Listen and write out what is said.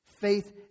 Faith